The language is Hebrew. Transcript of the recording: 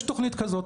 יש תוכנית כזאת,